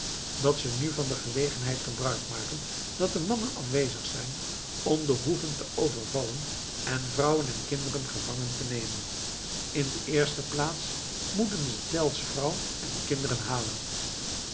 dat ze nu van de gelegenheid gebruik maken dat de mannen afwezig zijn om de hoeven te overvallen en vrouwen en kinderen gevangen te nemen in de eerste plaats moeten ze tell's vrouw en kinderen halen